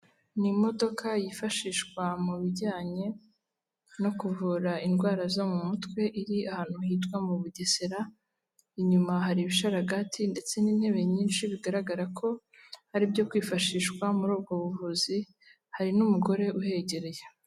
Ni imodoka yifashishwa mu bijyanye no kuvura indwara zo mu mutwe, iri ahantu hitwa mu bugesera, inyuma hari ibishararaga ndetse n'intebe nyinshi bigaragara ko ari ibyo kwifashishwa muri ubwo buvuzi, hari n'umugore uhegereye.